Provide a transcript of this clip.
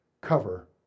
cover